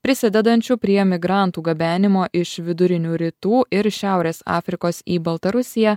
prisidedančių prie migrantų gabenimo iš vidurinių rytų ir šiaurės afrikos į baltarusiją